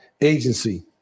agency